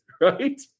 right